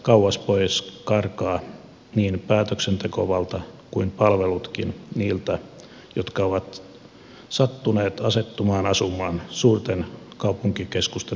kauas pois karkaavat niin päätöksentekovalta kuin palvelutkin niiltä jotka ovat sattuneet asettumaan asumaan suurten kaupunkikeskusten ulkopuolelle